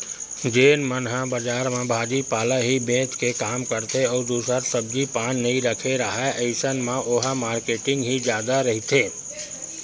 जेन मन ह बजार म भाजी पाला ही बेंच के काम करथे अउ दूसर सब्जी पान नइ रखे राहय अइसन म ओहा मारकेटिंग ही जादा रहिथे